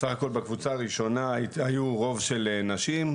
בסך הכל בקבוצה הראשונה היו רוב של נשים,